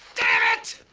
damn it!